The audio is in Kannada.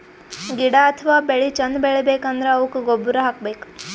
ಗಿಡ ಅಥವಾ ಬೆಳಿ ಚಂದ್ ಬೆಳಿಬೇಕ್ ಅಂದ್ರ ಅವುಕ್ಕ್ ಗೊಬ್ಬುರ್ ಹಾಕ್ಬೇಕ್